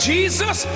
Jesus